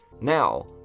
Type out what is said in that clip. Now